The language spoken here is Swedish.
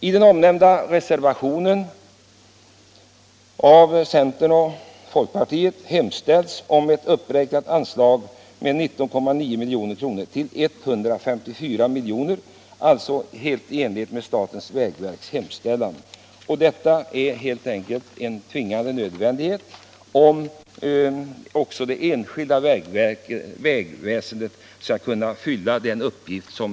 I reservationen 4, som avgivits av centerns och folkpartiets ledamöter, hemställs att anslaget uppräknas med 19,9 milj.kr. till 154 milj.kr., alltså helt i enlighet med statens vägverks hemställan. Detta är helt enkelt en tvingande nödvändighet om också det enskilda vägnätet skall kunna fylla sin uppgift.